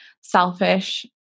selfish